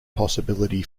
possibility